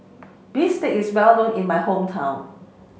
Bistake is well known in my hometown